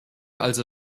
also